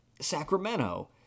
Sacramento